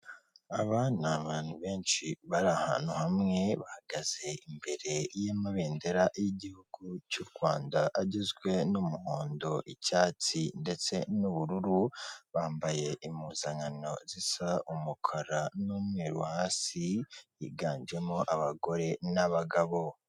Aba n'abantu benshi bari ahantu hamwe bahagaze imbere y'amabendera y'igihugu cy'u Rwanda agizwe n'umuhondo, icyatsi ndetse n'ubururu, bambaye impuzankano zisa umukara n'umweru hasi higanjemo abagore n'abagabo.